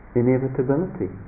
inevitability